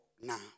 now